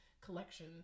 collection